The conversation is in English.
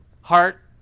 heart